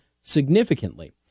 significantly